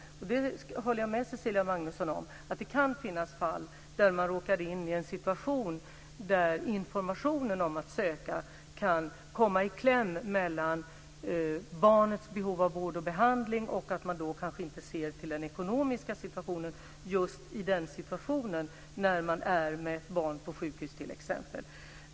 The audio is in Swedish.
Jag håller med Cecilia Magnusson om att det kan finnas fall då man råkar in i en situation där informationen om att man kan söka kommer i samband med att barnet har behov av vård och behandling. Man kanske inte ser till den ekonomiska situationen just när man är med ett barn på sjukhus t.ex.